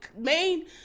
main